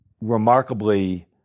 remarkably